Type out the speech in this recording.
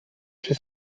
czy